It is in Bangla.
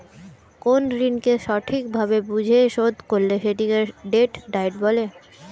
কোন ঋণকে সঠিক ভাবে বুঝে শোধ করলে সেটাকে ডেট ডায়েট বলে